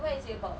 what is it about